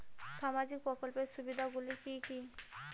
সামাজিক প্রকল্পের সুবিধাগুলি কি কি?